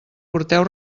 porteu